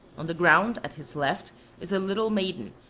on the ground at his left is a little maiden,